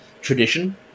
tradition